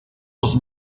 los